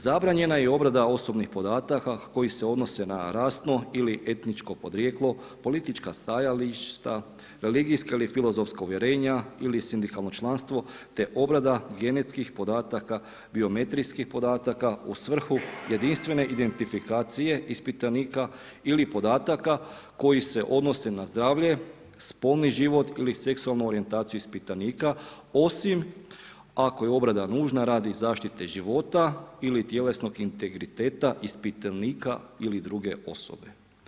Zabranjena je obrada osobnih podataka koji se odnose na rasno ili etničko podrijetlo, politička stajališta, religijska ili filozofska uvjerenja ili sindikalno članstvo, te obrada genetskih podataka, biometrijskih podataka u svrhu jedinstvene identifikacije ispitanika ili podataka koji se odnose na zdravlje, spolni život ili seksualnu orijentaciju ispitanika, osim ako je obrada nužna radi zaštite života ili tjelesnog integriteta ispitanika ili druge osobe.